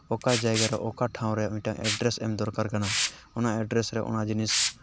ᱚᱠᱟ ᱡᱟᱭᱜᱟ ᱨᱮ ᱚᱠᱟ ᱴᱷᱟᱶ ᱨᱮ ᱢᱤᱫᱴᱟᱝ ᱮᱰᱨᱮᱥ ᱮᱢ ᱫᱚᱨᱠᱟᱨ ᱠᱟᱱᱟ ᱚᱱᱟ ᱮᱰᱨᱮᱥ ᱨᱮ ᱚᱱᱟ ᱡᱤᱱᱤᱥ